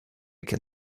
can